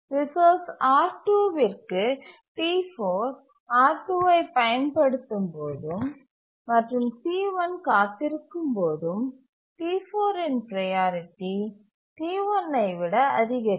resource R2 விற்கு T4 R2 ஐப் பயன்படுத்தும் போதும் மற்றும் T1 காத்திருக்கும்போதும் T4 இன் ப்ரையாரிட்டி T1 ஐ விட அதிகரிக்கும்